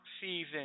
season